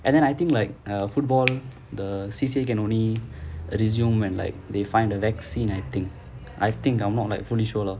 and then I think like uh football the C_C_A can only resume when like they find the vaccine I think I think I'm not like fully sure lah